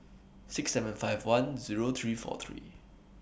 six seven five one Zero three four three